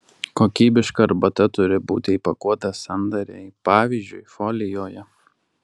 kokybiška arbata turi būti įpakuota sandariai pavyzdžiui folijoje